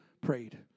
prayed